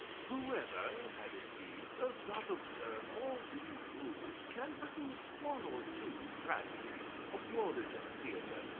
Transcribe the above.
whoever, added he, does not observe all these rules can produce one or two tragedies, applauded at a theatre,